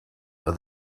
but